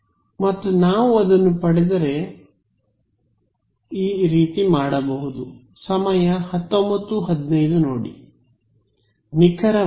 ವಿದ್ಯಾರ್ಥಿ ಮತ್ತು ನಾವು ಅದನ್ನು ಪಡೆದರೆ ನಾವು ಮಾಡಬಹುದು ನಿಖರವಾಗಿ